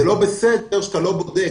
זה לא בסדר שאתה לא בודק.